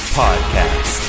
podcast